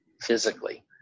physically